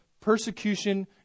persecution